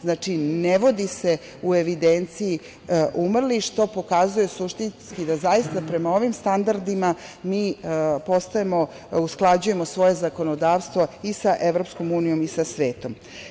Znači, ne vodi se u evidenciji umrlih, što pokazuje suštinski da zaista prema ovim standardima mi postajemo, usklađujemo svoje zakonodavstvo i sa EU i sa svetom.